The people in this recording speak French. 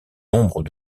nombre